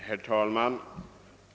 Herr talman!